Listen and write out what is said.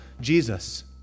Jesus